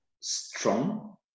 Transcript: strong